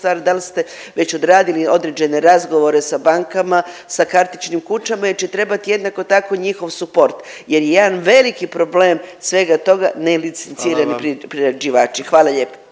da li ste već odradili određene razgovore sa bankama, sa kartičnim kućama jer će trebati, jednako tako njihov suport jer jedan veliki problem svega toga, … .../Upadica: /... nelicencirani priređivači. Hvala lijepo.